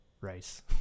Rice